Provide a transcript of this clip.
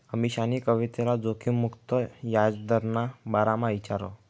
अमीशानी कविताले जोखिम मुक्त याजदरना बारामा ईचारं